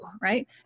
right